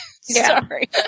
Sorry